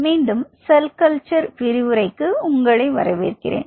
மீண்டும் cell culture விரிவுரைக்கு உங்களை வரவேற்கிறேன்